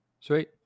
Sweet